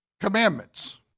commandments